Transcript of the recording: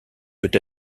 peut